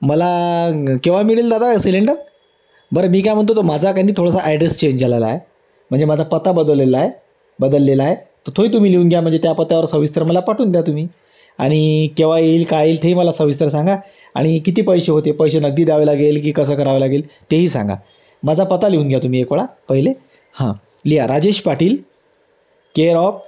मला ग् केव्हा मिळेल दादा सिलेंडर बरं मी काय म्हणतो तो माझा काय ना थोडासा ॲड्रेस चेंज झालेला आहे म्हणजे माझा पत्ता बदललेला आहे बदललेला आहे तर थोही तुम्ही लिहून घ्या म्हणजे त्या पत्त्यावर सविस्तर मला पाठवून द्या तुम्ही आणि केव्हा येईल का येईल तेही मला सविस्तर सांगा आणि किती पैसे होते पैसे नगदी द्यावे लागेल की कसं करावं लागेल तेही सांगा माझा पत्ता लिहून घ्या तुम्ही एक वेळा पहिले हां लिहा राजेश पाटील केरॉप